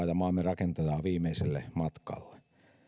ja maamme rakentajaa viimeiselle matkalle